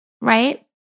right